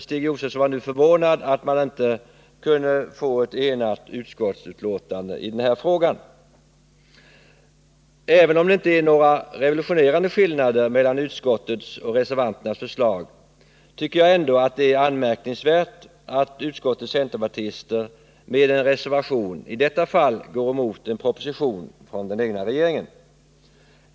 Stig Josefson var nu förvånad över att man inte kunnat få ett enhälligt utskottsbetänkande i denna fråga. Även om det inte är några revolutionerande skillnader mellan utskottets och reservanternas förslag, tycker jag ändå att det är anmärkningsvärt att utskottets centerpartister med en reservation i detta fall går emot en proposition från den egna regeringen.